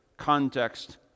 context